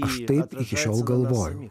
aš taip iki šiol galvoju